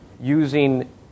using